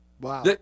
Wow